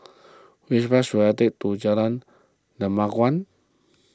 which bus should I take to Jalan Dermawan